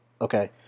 Okay